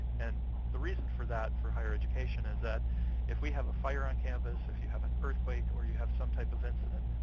and the reason for that for higher education is that if we have a fire on campus, if you have an earthquake, or you have some type of incident,